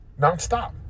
nonstop